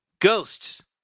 Ghosts